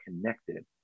connected